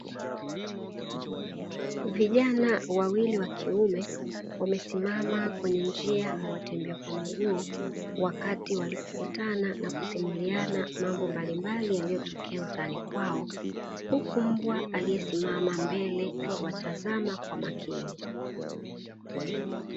Vijana wawili wakiume wamesimama kwenye njia ya watembea kwa miguu, wakati walipo kutana na kusimuliana mambo mbalimbali yaliyo tokea mtaani kwao,. Huku mbwa yupo mbele akiwatazama kwa makini.